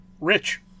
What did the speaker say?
rich